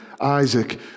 Isaac